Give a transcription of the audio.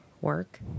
Work